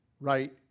right